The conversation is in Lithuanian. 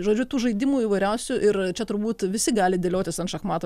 žodžiu tų žaidimų įvairiausių ir čia turbūt visi gali dėliotis ant šachmatų